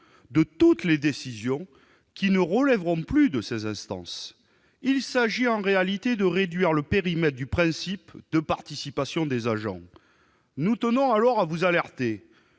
toutes les décisions qui ne relèveront plus de ces instances. Il s'agit en réalité de réduire le périmètre du principe de participation des agents. Nous tenons alors à vous alerter.